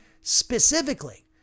Specifically